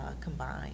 combined